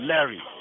Larry